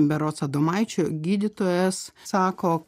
berods adomaičio gydytojas sako